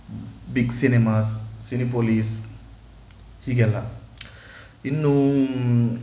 big cinemas Cinepolis ಹೀಗೆಲ್ಲ ಇನ್ನು